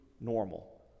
normal